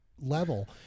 level